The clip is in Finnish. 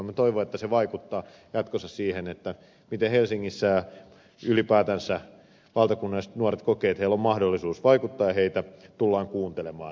minä toivon että se vaikuttaa jatkossa siihen miten helsingissä ja ylipäätänsä valtakunnallisesti nuoret kokevat että heillä on mahdollisuus vaikuttaa heitä tullaan kuuntelemaan